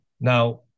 Now